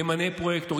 תמנה פרויקטור.